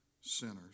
sinners